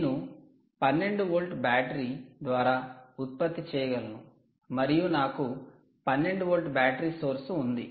నేను 12 volt battery ద్వారా ఉత్పత్తి చేయగలను మరియు నాకు 12 వోల్ట్ బ్యాటరీ సోర్స్ ఉంది